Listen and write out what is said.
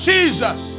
Jesus